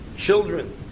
Children